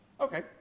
Okay